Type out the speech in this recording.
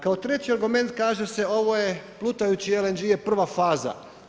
Kao treći argument kaže se ovo je plutajući LNG je prva faza.